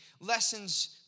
lessons